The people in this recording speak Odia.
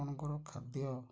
ଆପଣଙ୍କର ଖାଦ୍ୟ